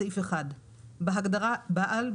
בסעיף 1. בהגדרה בעל,